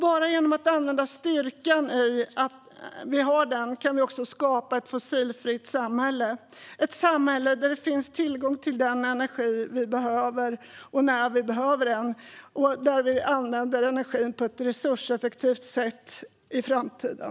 Bara genom att använda styrkan i den kan vi skapa ett fossilfritt samhälle - ett samhälle där det finns tillgång till den energi vi behöver när vi behöver den och där vi använder energin på ett resurseffektivt sätt i framtiden.